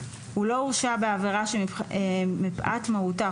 הוא לא הורשע בעבירה שמפאת מהותה,